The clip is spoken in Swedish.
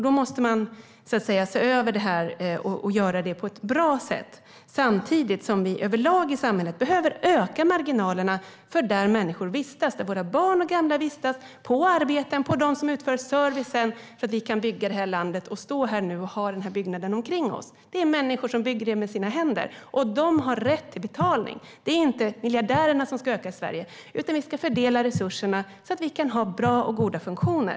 Då måste vi se över det här och göra det på ett bra sätt, samtidigt som vi överlag i samhället behöver öka marginalerna där människor vistas, där våra barn och gamla vistas, på arbetsplatser, för dem som utför servicen så att det här landet kan byggas och vi kan stå här nu och ha den här byggnaden omkring oss. Det är människor som bygger det med sina händer, och de har rätt till betalning. Det är inte antalet miljardärer som ska öka i Sverige, utan vi ska fördela resurserna så att vi kan ha bra och goda funktioner.